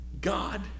God